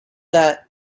that